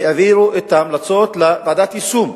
העבירו את ההמלצות לוועדת יישום.